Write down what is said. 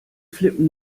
flippen